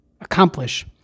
accomplish